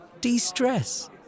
De-stress